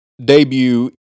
debut